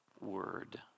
word